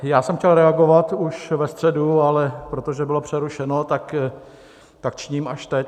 Já jsem chtěl reagovat už ve středu, ale protože bylo přerušeno, tak tak činím až teď.